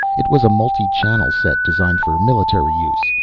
it was a multi-channel set designed for military use.